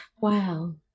wow